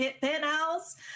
penthouse